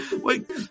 Wait